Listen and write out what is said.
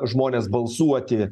žmones balsuoti